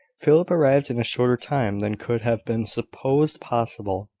philip arrived in a shorter time than could have been supposed possible.